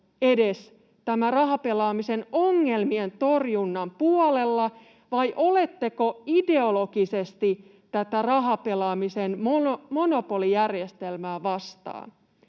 edes rahapelaamisen ongelmien torjunnan puolella, vai oletteko ideologisesti tätä rahapelaamisen monopolijärjestelmää vastaan?